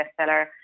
bestseller